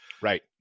Right